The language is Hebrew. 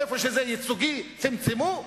איפה שזה ייצוגי צמצמו.